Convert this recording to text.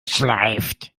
schleift